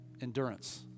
endurance